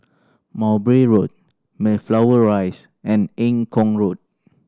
Mowbray Road Mayflower Rise and Eng Kong Road